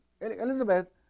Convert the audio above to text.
Elizabeth